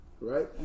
right